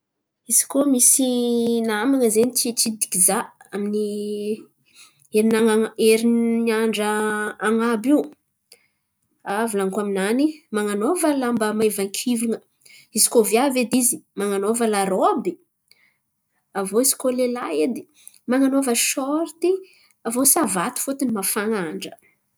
Izy koa misy naman̈a zen̈y ty hitsidiky za amin'ny herina- herin̈'andra an̈abo io, a volan̈iko aminany man̈anaova lamba mahivankivan̈a izy koa viavy edy izy man̈anaova larôby aviô izy koa lelahy edy man̈anaova sôrity aviô savaty fôtony mafan̈a andra.